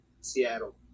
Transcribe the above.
Seattle